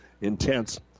intense